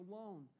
alone